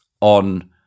on